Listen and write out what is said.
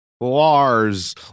Lars